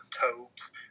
Tobes